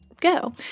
go